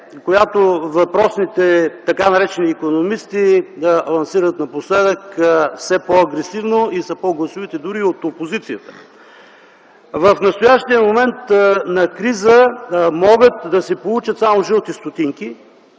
която въпросните така наречени икономисти лансират напоследък все по-агресивно и са по-гласовити дори от опозицията. В настоящия момент на криза могат да се получат само жълти стотинки,